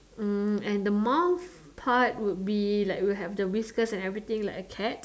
mm and the mouth part would be have the whiskers and everything like a cat